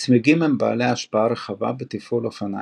צמיגים הם בעלי השפעה רבה בתפעול אופניים,